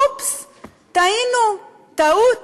אופס, טעינו, טעות.